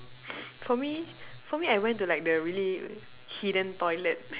for me for me I went to like the really hidden toilet